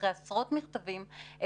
אחרי עשרות מכתבים,